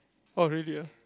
oh really ah